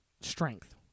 strength